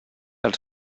els